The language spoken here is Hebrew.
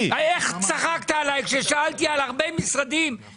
מכיוון שהלשכה המשפטית אמרה שצריך יומיים שלמים,